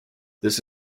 this